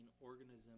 organism